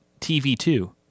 TV2